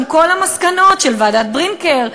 גם כל המסקנות של ועדת ברינקר,